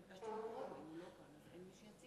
מי מציג